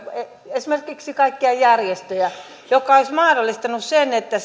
esimerkiksi kaikkia järjestöjä mikä olisi mahdollistanut sen että